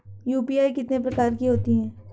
UPI कितने प्रकार की होती हैं?